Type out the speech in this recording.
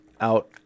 out